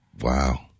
wow